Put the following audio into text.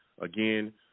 Again